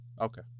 okay